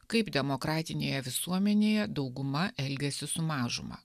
kaip demokratinėje visuomenėje dauguma elgiasi su mažuma